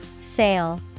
Sale